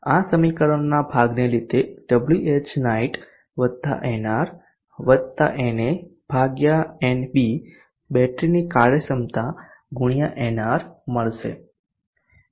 આ સમીકરણોના ભાગને લીધે Whnight વત્તા nr વત્તા na ભાગ્યા nb બેટરીની કાર્યક્ષમતા ગુણ્યા nr મળશે